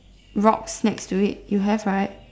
rocks next to it you have right